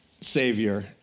Savior